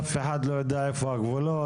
אף אחד לא יודע איפה הגבולות.